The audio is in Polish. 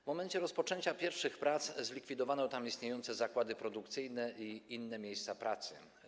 W momencie rozpoczęcia pierwszych prac zlikwidowano tam istniejące zakłady produkcyjne i inne miejsca pracy.